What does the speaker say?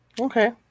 Okay